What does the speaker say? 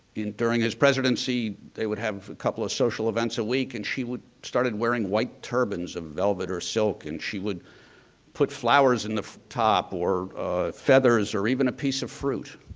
during his presidency, they would have a couple of social events a week and she would started wearing white turbans of velvet or silk and she would put flowers in the top or feathers or even a piece of fruit.